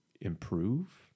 improve